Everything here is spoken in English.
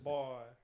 Boy